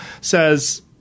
says